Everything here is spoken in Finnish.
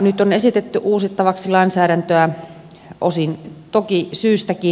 nyt on esitetty uusittavaksi lainsäädäntöä osin toki syystäkin